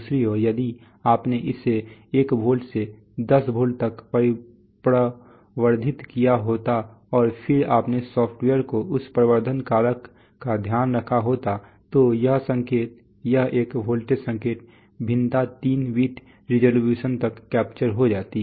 दूसरी ओर यदि आपने इसे 1 वोल्ट से 10 वोल्ट तक प्रवर्धित किया होता और फिर अपने सॉफ़्टवेयर में इस प्रवर्धन कारक का ध्यान रखा होता तो यह संकेत यह एक वोल्ट संकेत वेरिएशन 3 बिट रिज़ॉल्यूशन तक कैप्चर हो जाती